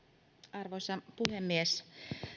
arvoisa puhemies